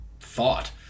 thought